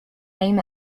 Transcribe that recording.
aim